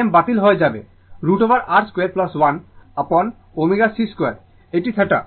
Im বাতিল হয়ে যাবে √ ওভার R 2 1 অ্যাপন ω c 2 এটি θ